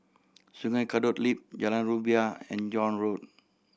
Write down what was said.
Sungei Kadut Loop Jalan Rumbia and John Road